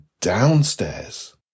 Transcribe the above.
downstairs